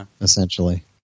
essentially